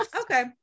Okay